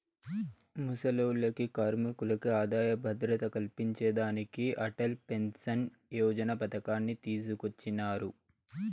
ముసలోల్లకి, కార్మికులకి ఆదాయ భద్రత కల్పించేదానికి అటల్ పెన్సన్ యోజన పతకాన్ని తీసుకొచ్చినారు